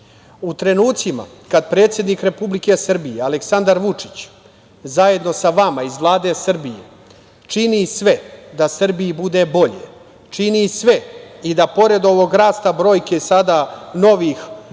trenucima kad predsednik Republike Srbije, Aleksandar Vučić, zajedno sa vama iz Vlade Srbije čini sve da Srbiji bude bolje, čini sve i da pored ovog rasta brojki sada novoobolelih